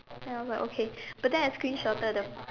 then I was like okay but then I screenshotted the